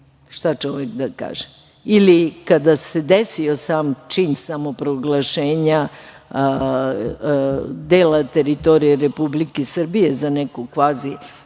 Šta čovek da kaže? Kada se desio sam čin samoproglašenja dela teritorije Republike Srbije za neku kvazi